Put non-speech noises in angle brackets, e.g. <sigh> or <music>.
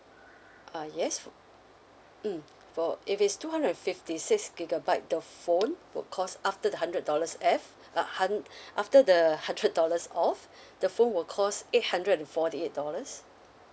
uh yes mm for if it's two hundred and fifty six gigabyte the phone will cost after the hundred dollars f uh hund~ after the hundred <laughs> dollars off the phone will cost eight hundred and forty eight dollars